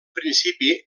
principi